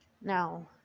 Now